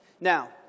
Now